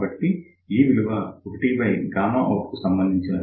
కాబట్టి ఈ విలువ 1out కు సంబంధించినది